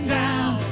down